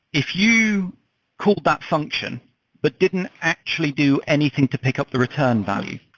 if you called that function but didn't actually do anything to pick up the return value,